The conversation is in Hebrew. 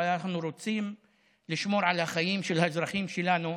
אבל אנחנו רוצים לשמור על החיים של האזרחים שלנו.